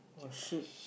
oh shit